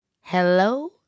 Hello